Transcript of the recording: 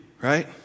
right